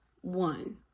one